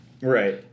Right